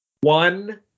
One